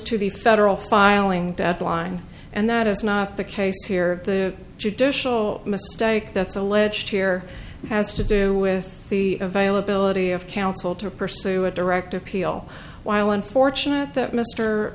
to the federal filing deadline and that is not the case here the judicial mistake that's alleged here has to do with the availability of counsel to pursue a direct appeal while unfortunate that mr